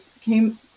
came